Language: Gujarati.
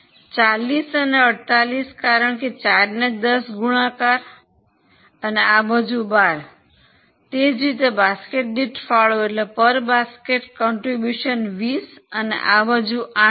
40 અને 48 કારણ કે 4 ને 10 ગુણાકાર અને આ બાજુ ૧૨ તે જ રીતે બાસ્કેટ દીઠ ફાળો 20 અને આ બાજુ 8 છે